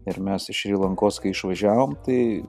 ir mes iš šri lankos kai išvažiavom tai